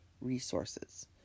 resources